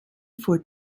for